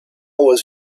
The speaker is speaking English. was